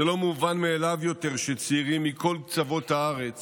זה לא מובן מאליו יותר שצעירים מכל קצוות הארץ